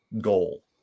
goal